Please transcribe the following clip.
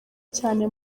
cyane